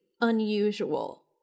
unusual